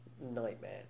nightmare